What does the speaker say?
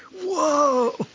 Whoa